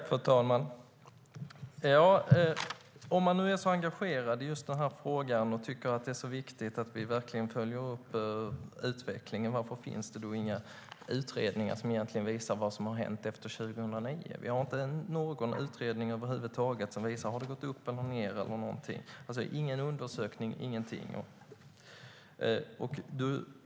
Fru talman! Om man nu är så engagerad i just den här frågan och tycker att det är viktigt att vi verkligen följer upp utvecklingen undrar jag varför det inte finns några utredningar som visar vad som hänt efter 2009. Vi har inte någon utredning över huvud taget som visar om det har gått upp eller ned. Det finns alltså ingen undersökning eller någonting.